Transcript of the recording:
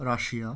Russia